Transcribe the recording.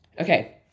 Okay